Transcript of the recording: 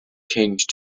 changed